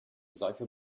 seife